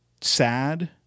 sad